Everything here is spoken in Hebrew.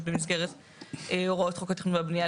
פיראס מואסי, תושב הכפר אעבלין, חוקר במדעי המוח,